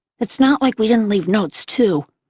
it's not like we didn't leave notes, too,